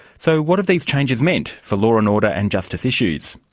so what have these changes meant for law and order and justice issues?